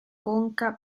conca